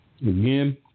again